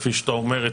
כפי שאתה אומר,